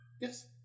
Yes